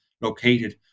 located